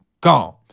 gone